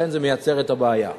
זה מייצר את הבעיה.